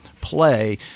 play